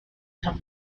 have